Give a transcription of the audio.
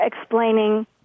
explaining